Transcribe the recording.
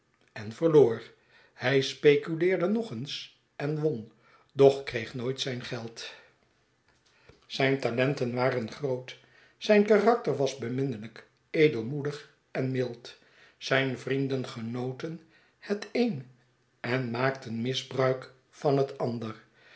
en verloor hij speculeerde nog eens en won doch kreeg nooit zijn geld zijn talenten waren groot zijn karakter was beminnelijk edelmoedig eh mild zijn vrienden genoten het een en maakten misbruik van het ander